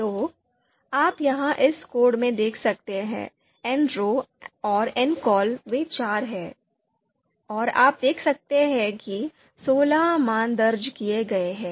तो आप यहाँ इस कोड में देख सकते हैं nrow और ncol वे चार हैं और आप देख सकते हैं कि सोलह मान दर्ज किए गए हैं